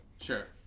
Sure